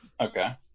Okay